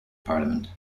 parliament